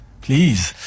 Please